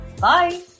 Bye